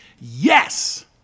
yes